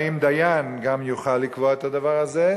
האם דיין גם יוכל לקבוע את הדבר הזה,